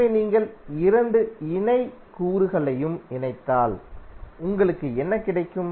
எனவே நீங்கள் இரண்டு இணை கூறுகளையும் இணைத்தால் உங்களுக்கு என்ன கிடைக்கும்